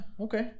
okay